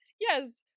Yes